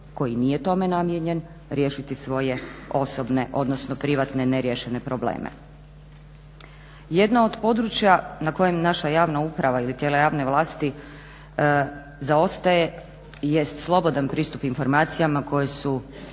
koji nije tome namijenjen riješiti svoje osobne odnosno privatne neriješene probleme. Jedno od područja na kojem naša javna uprava ili tijela javne vlasti zaostaje jest slobodan pristup informacijama koje su